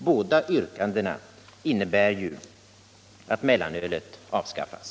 Båda yrkandena innebär ju att mellanölet avskaffas.